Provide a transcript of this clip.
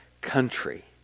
country